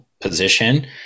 position